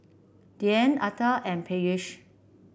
Dhyan Atal and Peyush